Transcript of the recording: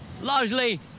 largely